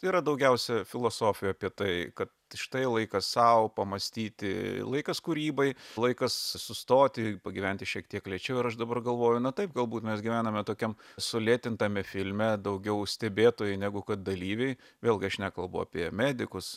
yra daugiausia filosofija apie tai kad štai laikas sau pamąstyti laikas kūrybai laikas sustoti pagyventi šiek tiek lėčiau ir aš dabar galvoju na taip galbūt mes gyvename tokiam sulėtintame filme daugiau stebėtojai negu kad dalyviai vėlgi aš nekalbu apie medikus